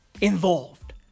involved